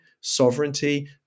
sovereignty